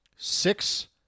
Six